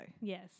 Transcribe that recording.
Yes